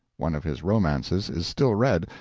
one of his romances is still read,